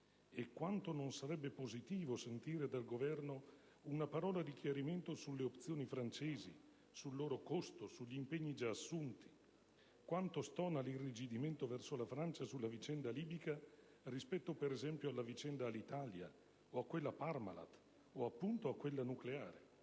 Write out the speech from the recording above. là da venire sarebbe positivo sentire dal Governo una parola di chiarimento sulle opzioni francesi, sul loro costo, sugli impegni già assunti. Quanto stona l'irrigidimento verso la Francia sulla vicenda libica rispetto, per esempio, alla vicenda Alitalia, o a quella Parmalat o, appunto, a quella nucleare.